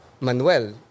Manuel